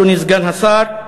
אדוני סגן השר,